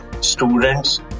students